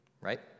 Right